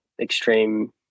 extreme